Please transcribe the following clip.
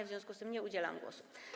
W związku z tym nie udzielam głosu.